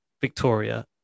Victoria